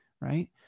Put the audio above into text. right